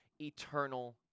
eternal